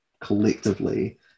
collectively